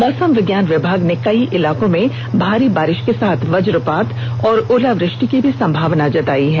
मौसम विज्ञान विभाग ने कई इलाकों में भारी बारिष के साथ वज्रपात और ओलावृष्टि की भी संभावना जताई है